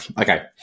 Okay